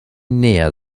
näher